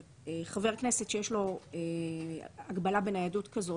חבר כנסת שיש לו הגבלה בניידות כזאת,